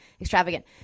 extravagant